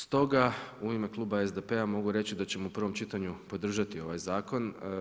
Stoga, u ime Kluba SDP-a mogu reći da ćemo u prvom čitanju podržati ovaj zakon.